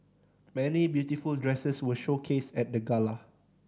many beautiful dresses were showcased at the gala